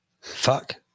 fuck